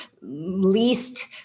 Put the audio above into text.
least